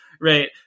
right